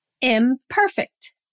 imperfect